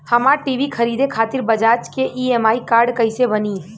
हमरा टी.वी खरीदे खातिर बज़ाज़ के ई.एम.आई कार्ड कईसे बनी?